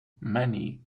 many